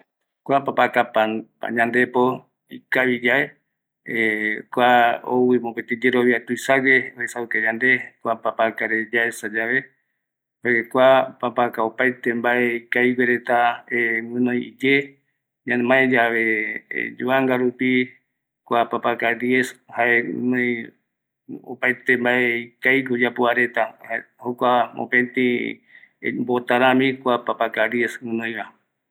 Ou ayemomandua ye papaka pandepo aja aparaiki keti ye kua hora jae jaiñomai gueru reta vae rou jaema se yimbiai pegua re kua papaka re semandua